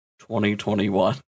2021